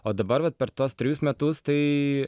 o dabar vat per tuos trejus metus tai